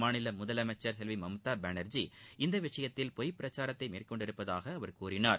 மாநில முதலமைச்சர் செல்வி மம்தா பானர்ஜி இந்த விஷயத்தில் பொய் பிரச்சாரத்தை மேற்கொண்டுள்ளதாக அவர் கூறினார்